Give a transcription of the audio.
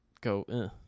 go